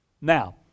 now